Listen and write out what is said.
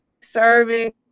serving